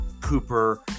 Cooper